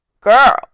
girl